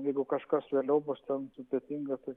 jeigu kažkas vėliau bus ten sudėtinga tai